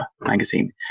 magazine